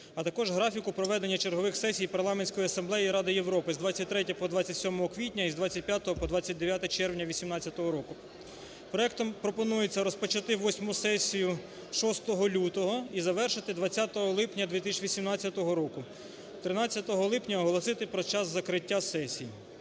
а також графіку проведення чергових сесій Парламентської асамблеї Ради Європи з 23 по 27 квітня і з 25 по 29 червня 2018 року. Проектом пропонується розпочати восьму сесію 6 лютого і завершити 20 липня 2018 року, 13 липня оголосити про час закриття сесії.